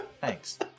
Thanks